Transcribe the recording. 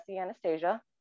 Anastasia